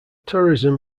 tourism